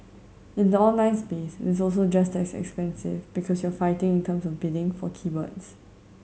in the online space is also just as expensive because you're fighting in terms of bidding for keywords